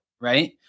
right